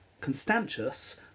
Constantius